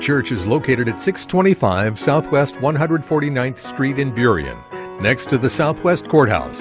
church is located at six twenty five south west one hundred forty ninth street in period next to the southwest courthouse